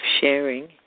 sharing